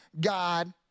God